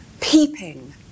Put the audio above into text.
peeping